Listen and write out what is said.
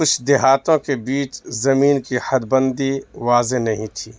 کچھ دیہاتوں کے بیچ زمین کی حدبندی واضح نہیں تھی